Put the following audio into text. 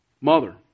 mother